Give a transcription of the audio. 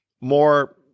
more